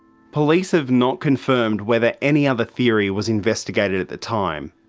police have not confirmed whether any other theory was investigated at the time.